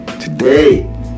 Today